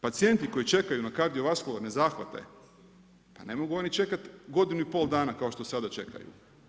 Pacijenti koji čekaju na kardiovaskularne zahvate pa ne mogu oni čekati godinu i pol dana kao što sada čekaju.